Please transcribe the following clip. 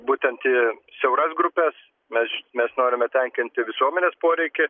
būtent į siauras grupes mes mes norime tenkinti visuomenės poreikį